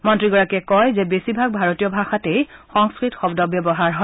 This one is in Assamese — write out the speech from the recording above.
মন্ত্ৰীগৰাকীয়ে কয় যে বেছিভাগ ভাৰতীয় ভাষাতেই সংস্কৃত শব্দ ব্যৱহাৰ হয়